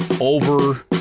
over